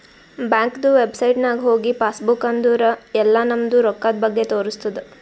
ಬ್ಯಾಂಕ್ದು ವೆಬ್ಸೈಟ್ ನಾಗ್ ಹೋಗಿ ಪಾಸ್ ಬುಕ್ ಅಂದುರ್ ಎಲ್ಲಾ ನಮ್ದು ರೊಕ್ಕಾದ್ ಬಗ್ಗೆ ತೋರಸ್ತುದ್